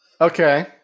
Okay